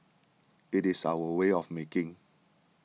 it is our way of making